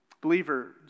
Believer